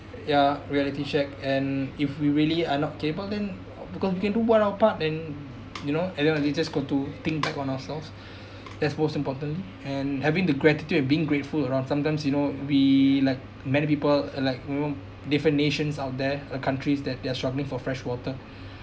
ya reality check and if we really are not capable then because we can do what our part and you know at the end we just got to think back on ourselves that's most important and having the gratitude of being grateful around sometimes you know we like many people uh like you know different nations out there uh countries that they're struggling for freshwater